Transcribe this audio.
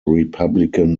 republican